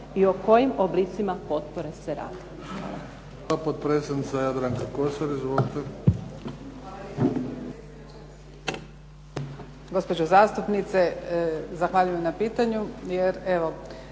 i o kojim oblicima potpore se radi?